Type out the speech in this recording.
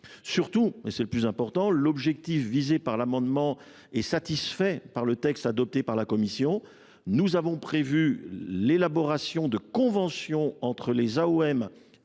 Surtout, et c’est le plus important, l’objectif de cet amendement est satisfait par le texte adopté par la commission, puisque nous avons prévu la conclusion de conventions entre les AOM et les